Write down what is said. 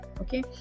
okay